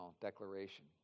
declaration